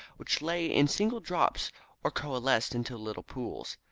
which lay in single drops or coalesced into little pools.